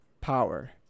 power